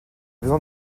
besoin